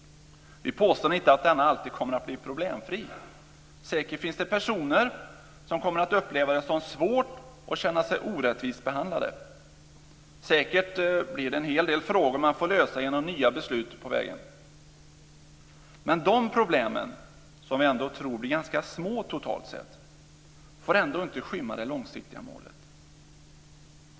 Vi påstår inte att denna kommer att bli problemfri. Säkert finns det personer som kommer att uppleva det som svårt och känna sig orättvist behandlade. Säkert blir det en hel del frågor man får lösa genom nya beslut på vägen. Men de problemen, som vi tror blir ganska små totalt sett, får inte skymma det långsiktiga målet.